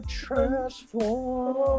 transform